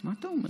מה אתה אומר.